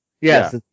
Yes